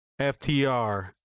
FTR